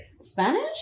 Spanish